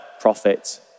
prophet